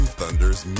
Thunders